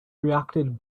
reacted